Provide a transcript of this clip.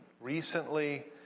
recently